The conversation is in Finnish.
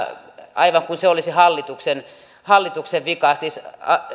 aivan kuin se olisi hallituksen hallituksen vika siis